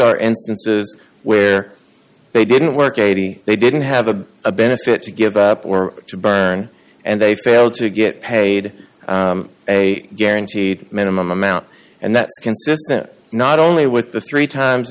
are instances where they didn't work eighty they didn't have a a benefit to give up were to burn and they failed to get paid a guaranteed minimum amount and that's consistent not only with the three times